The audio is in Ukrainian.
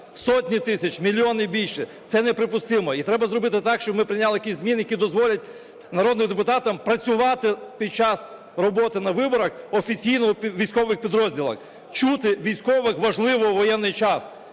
сотні тисяч, мільйон і більше. Це неприпустимо і треба зробити так, щоб ми прийняли якісь зміни, які дозволять народним депутатам працювати під час роботи на виборах офіційно у військових підрозділах. Чути військових важливо в воєнний час,